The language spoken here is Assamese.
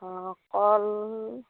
অঁ কল